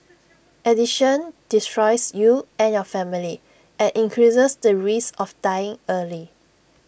addiction destroys you and your family and increases the risk of dying early